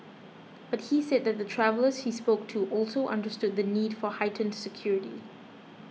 but he said that the travellers he spoke to also understood the need for heightened security